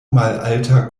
malalta